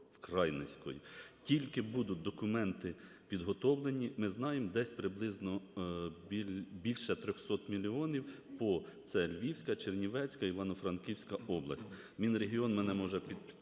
Тільки будуть документи підготовлені, ми знаємо десь приблизно більше 300 мільйонів по… це Львівська, Чернівецька, Івано-Франківська області.